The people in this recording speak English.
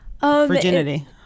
virginity